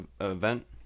Event